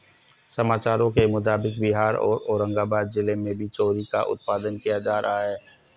समाचारों के मुताबिक बिहार के औरंगाबाद जिला में भी चेरी का उत्पादन किया जा रहा है